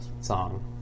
song